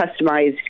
customized